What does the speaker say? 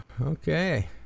Okay